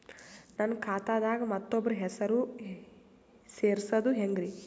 ನನ್ನ ಖಾತಾ ದಾಗ ಮತ್ತೋಬ್ರ ಹೆಸರು ಸೆರಸದು ಹೆಂಗ್ರಿ?